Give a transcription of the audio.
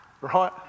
right